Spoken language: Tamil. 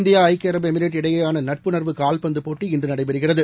இந்தியா ஐக்கிய அரபு எமிரேட் இடையேயானநட்புணர்வு கால்பந்துப் போட்டி இன்றுநடைபெறுகிறது